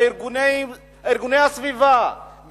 לארגוני הסביבה,